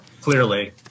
clearly